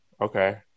okay